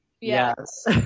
Yes